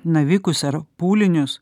navikus ar pūlinius